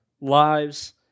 lives